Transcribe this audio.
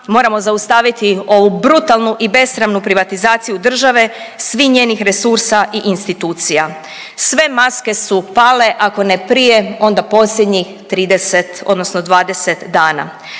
moramo zaustaviti ovu brutalnu i besramnu privatizaciju države, svih njenih resursa i institucija. Sve maske su pale ako ne prije onda posljednjih 30 odnosno 20 dana.